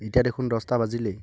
এতিয়া দেখোন দহটা বাজিলেই